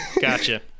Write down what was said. gotcha